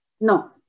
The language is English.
No